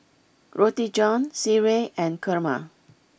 Roti John Sireh and Kurma